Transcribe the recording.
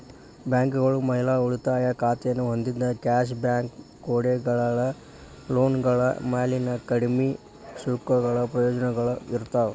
ಬ್ಯಾಂಕ್ಗಳು ಮಹಿಳಾ ಉಳಿತಾಯ ಖಾತೆನ ಹೊಂದಿದ್ದ ಕ್ಯಾಶ್ ಬ್ಯಾಕ್ ಕೊಡುಗೆಗಳ ಲೋನ್ಗಳ ಮ್ಯಾಲಿನ ಕಡ್ಮಿ ಶುಲ್ಕಗಳ ಪ್ರಯೋಜನಗಳ ಇರ್ತಾವ